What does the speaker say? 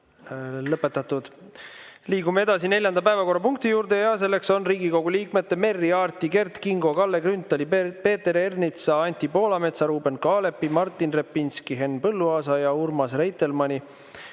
lõpetatud. Liigume edasi neljanda päevakorrapunkti juurde. See on Riigikogu liikmete Merry Aarti, Kert Kingo, Kalle Grünthali, Peeter Ernitsa, Anti Poolametsa, Ruuben Kaalepi, Martin Repinski, Henn Põlluaasa ja Urmas Reitelmanni